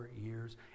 years